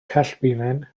cellbilen